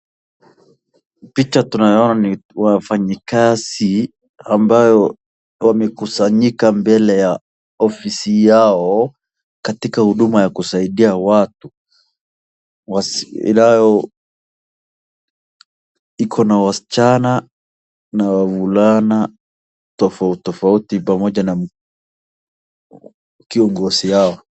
Picha tunayooona ni wafanyikazi ambayo wamekusanyika mbele ya ofisi yao katika huduma ya kusaidia watu wasi inayo iko na wasichana na wavulana tofauti tofauti pamoja na kiongozi yao.